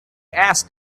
asked